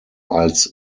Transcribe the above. als